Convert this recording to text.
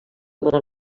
donar